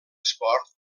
esport